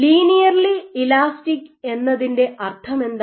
linearly elastic എന്നതിന്റെ അർത്ഥമെന്താണ്